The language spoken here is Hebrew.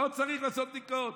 לא צריך לעשות בדיקות.